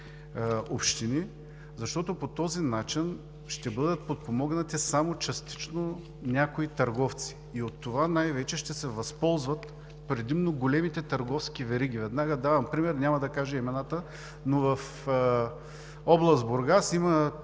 общини, защото по този начин ще бъдат подпомогнати само частично някои търговци и от това най-вече ще се възползват предимно големите търговски вериги. Веднага давам пример, няма да кажа имената, но в област Бургас има